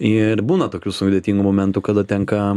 ir būna tokių sudėtingų momentų kada tenka